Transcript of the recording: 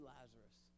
Lazarus